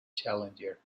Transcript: challenger